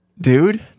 Dude